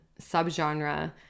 subgenre